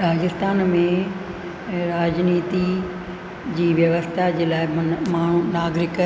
राजस्थान में राज जी व्यवस्था जे लाइ मना माण्हू नागरिक